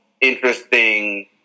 interesting